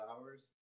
hours